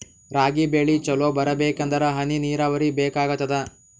ರಾಗಿ ಬೆಳಿ ಚಲೋ ಬರಬೇಕಂದರ ಹನಿ ನೀರಾವರಿ ಬೇಕಾಗತದ?